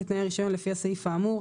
כתנאי הרישיון לפי הסעיף האמור,